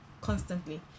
constantly